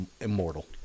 immortal